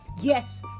Yes